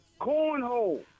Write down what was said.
cornhole